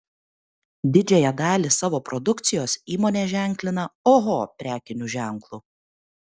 didžiąją dalį savo produkcijos įmonė ženklina oho prekiniu ženklu